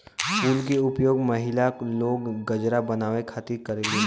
फूल के उपयोग महिला लोग गजरा बनावे खातिर करलीन